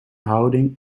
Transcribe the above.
houding